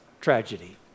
tragedy